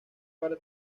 para